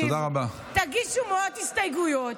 תגישו מאות הסתייגויות,